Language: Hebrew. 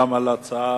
גם על ההצעה,